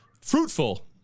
fruitful